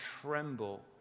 tremble